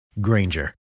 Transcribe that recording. Granger